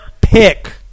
pick